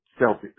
Celtics